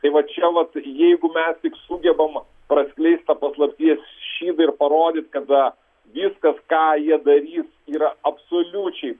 tai va čia vat jeigu mes tik sugebam praskleist tą paslapties šydą ir parodyt kada viskas ką jie darys yra absoliučiai